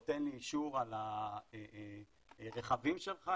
או תן לי אישור על הרכבים שלך,